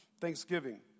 Thanksgiving